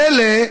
מילא,